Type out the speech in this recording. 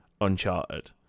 uncharted